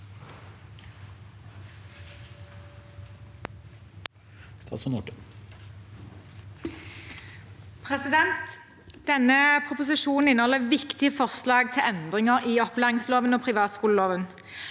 Denne proposisjonen inneholder viktige forslag til endringer i opplæringsloven og privatskoleloven.